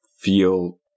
feel